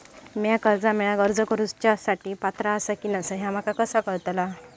म्या कर्जा मेळाक अर्ज करुच्या साठी पात्र आसा की नसा ह्या माका कसा कळतल?